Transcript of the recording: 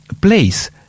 place